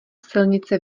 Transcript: silnice